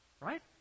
Right